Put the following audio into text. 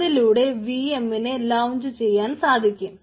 അതിലൂടെ വിഎമ്മിനെ ലോഞ്ച് ചെയ്യാൻ സാധിക്കും